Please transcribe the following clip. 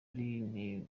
ari